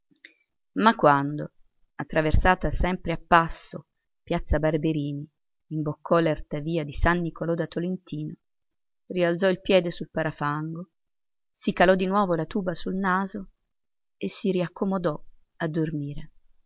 ma quando attraversata sempre a passo piazza barberini imboccò l'erta via di san niccolò da tolentino rialzò il piede sul parafango si calò di nuovo la tuba sul naso e si riaccomodò a dormire